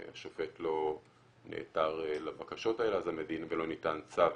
השופט לא נעתר לבקשות האלה ולא ניתן צו